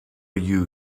you